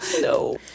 No